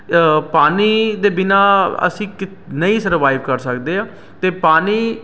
ਪਾਣੀ ਦੇ ਬਿਨਾ ਅਸੀਂ ਕਿੱ ਨਹੀਂ ਸਰਵਾਈਵ ਕਰ ਸਕਦੇ ਆ ਅਤੇ ਪਾਣੀ